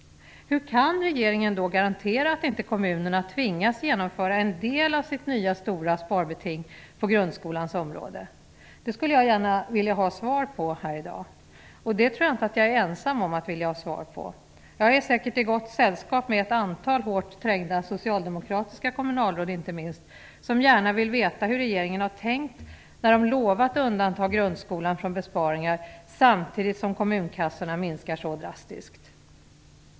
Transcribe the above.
Hur kan regeringen då garantera att kommunerna inte tvingas genomföra en del av sitt nya stora sparbeting på grundskolans område? Det skulle jag gärna vilja ha svar på här i dag. Jag tror inte att jag är ensam om att vilja ha svar på det. Jag är säkert i gott sällskap med ett antal hårt trängda socialdemokratiska kommunalråd, som gärna vill veta hur regeringen har tänkt när den lovat undanta grundskolan från besparingar samtidigt som kommunkassorna krymper så drastiskt.